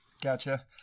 Gotcha